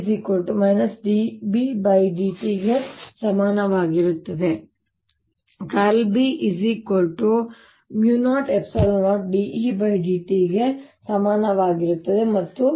▽× E dBdt ಗೆ ಸಮನಾಗಿರುತ್ತದೆ ▽× B μ0 ε0 dEdt ಗೆ ಸಮನಾಗಿರುತ್ತದೆ ಮತ್ತು ▽